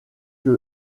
que